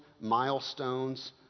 milestones